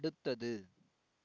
அடுத்தது